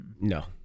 No